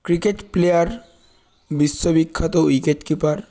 cricket player বিশ্ববিখ্যাত wicket keeper